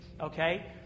Okay